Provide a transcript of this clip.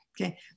okay